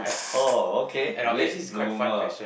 oh okay late bloomer